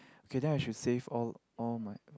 okay then I should save all all my